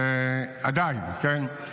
עדיין, כן?